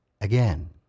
Again